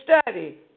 study